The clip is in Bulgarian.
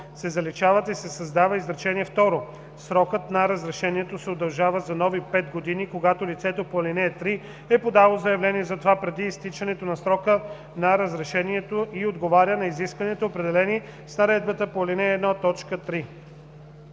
се заличават и се създава изречение второ: „Срокът на разрешението се удължава за нови 5 години, когато лицето по ал. 3 е подало заявление за това преди изтичането на срока на разрешението и отговаря на изискванията, определени с наредбата по ал. 1,